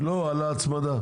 לא, על ההצמדה.